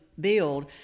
build